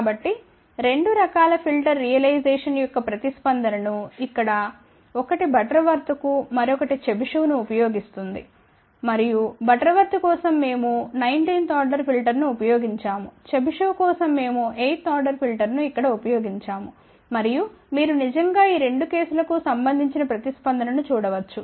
కాబట్టి రెండు రకాల ఫిల్టర్ రియలైజేషన్ యొక్క ప్రతిస్పందన ఇక్కడ ఒకటి బటర్వర్త్ను మరొకటి చెబిషెవ్ను ఉపయోగిస్తుంది మరియు బటర్వర్త్ కోసం మేము 19 వ ఆర్డర్ ఫిల్టర్ను ఉపయోగించాము చెబిషెవ్ కోసం మేము 8 వ ఆర్డర్ ఫిల్టర్ను ఇక్కడ ఉపయోగించాము మరియు మీరు నిజంగా ఈ రెండు కేసులకు సంబంధించిన ప్రతిస్పందన ను చూడవచ్చు